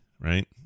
right